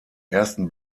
ersten